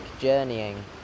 journeying